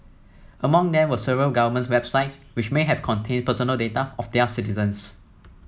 among them were several government websites which may have contained personal data of their citizens